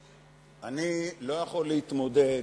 אני לא יכול להתמודד